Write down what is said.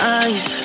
eyes